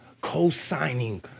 co-signing